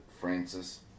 Francis